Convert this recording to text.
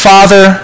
Father